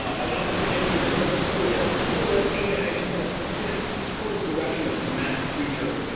on opposite ends of it, other crew help pull and aim it, as you kind of get it towards the direction of this massive creature.